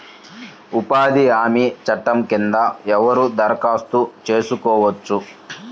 ఉపాధి హామీ చట్టం కింద ఎవరు దరఖాస్తు చేసుకోవచ్చు?